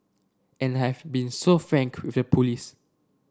and I have been so frank with the police